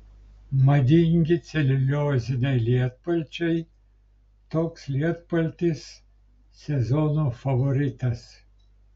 madingi celiulioziniai lietpalčiai toks lietpaltis sezono favoritas